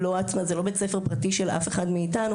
זה לא בית ספר פרטי של אף אחד מאיתנו,